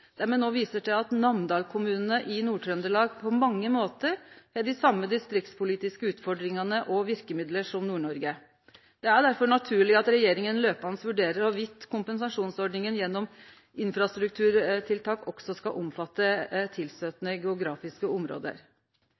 der me no viser til at Namdalskommunane i Nord-Trøndelag på mange måtar har dei same distriktspolitiske utfordringane og verkemiddel som Nord-Noreg. Det er derfor naturleg at regjeringa løpande vurderer om kompensasjonsordninga gjennom infrastrukturtiltak også skal omfatte tilstøytande geografiske område.